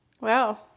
Wow